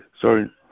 sorry